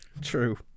true